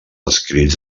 escrits